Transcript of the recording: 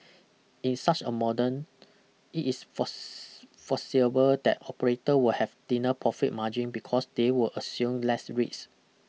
in such a modern it is force foreseeable that operator will have thinner profit margin because they will assume less risk